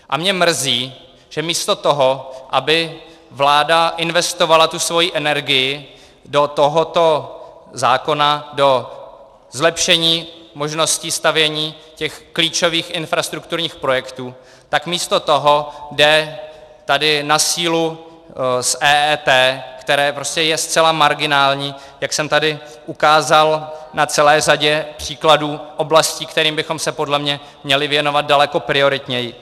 A mě mrzí, že místo toho, aby vláda investovala svoji energii do tohoto zákona, do zlepšení možností stavění klíčových infrastrukturních projektů, tak místo toho jde tady na sílu s EET, které je zcela marginální, jak jsem tady ukázal na celé řadě příkladů, oblastí, kterým bychom se podle mě měli věnovat daleko prioritněji.